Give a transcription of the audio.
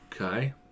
Okay